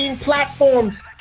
platforms